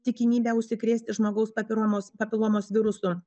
tikimybę užsikrėsti žmogaus papiromos papilomos virusu